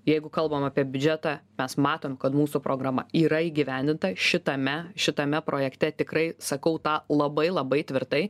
jeigu kalbam apie biudžetą mes matom kad mūsų programa yra įgyvendinta šitame šitame projekte tikrai sakau tą labai labai tvirtai